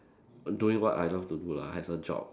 doing what I love to do lah as a job